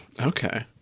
Okay